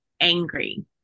angry